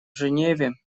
женеве